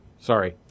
Sorry